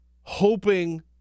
hoping